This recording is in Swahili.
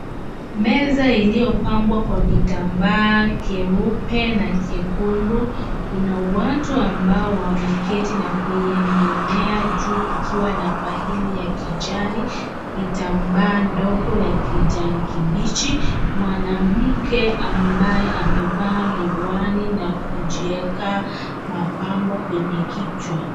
Meza iliyopambwa kwa vitambaa cheupe na chekundu. Kuna watu ambao wameketi na kuigemea juu kukiwa na faili ya kijani, vitambaa ndogo ya kijani kibichi. Mwanamke ambaye amevaa miwani na kujieka mapambo kwenye kichwa.